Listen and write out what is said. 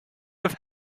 have